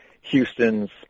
Houston's